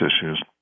issues